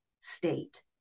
state